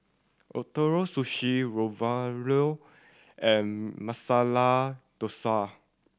Ootoro Sushi Ravioli and Masala Dosa